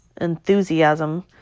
enthusiasm